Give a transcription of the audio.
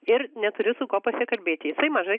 ir neturiu su kuo pasikalbėti jisai mažai